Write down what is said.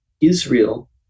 Israel